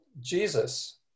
Jesus